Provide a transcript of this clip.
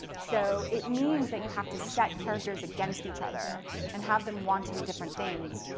so it means that you have to set characters against each other and have them wanting different things,